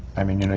i mean, you know